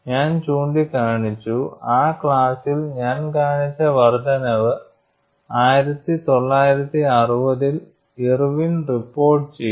ഞാൻ ചൂണ്ടിക്കാണിച്ചു ആ ക്ലാസ്സിൽ ഞാൻ കാണിച്ച വർദ്ധനവ് 1960 ൽ ഇർവിൻ റിപ്പോർട്ട് ചെയ്തു